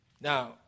Now